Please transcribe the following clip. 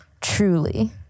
truly